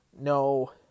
no